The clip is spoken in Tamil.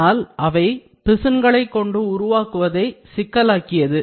ஆனால் அவை பிசின்களை உருவாக்குவதை சிக்கலாக்கியது